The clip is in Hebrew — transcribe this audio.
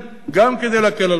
גם כדי להקל על בתי-המשפט,